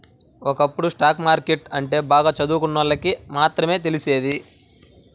ఒకప్పుడు stock market అంటే బాగా చదువుకున్నోళ్ళకి మాత్రమే తెలిసేది